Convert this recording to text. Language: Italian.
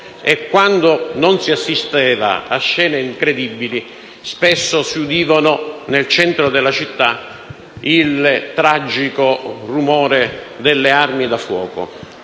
Quando non si assisteva a scene incredibili, spesso si udiva nel centro della città il tragico rumore delle armi da fuoco.